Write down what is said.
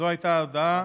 זו הייתה ההודעה.